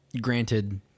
Granted